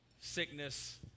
sickness